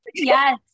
Yes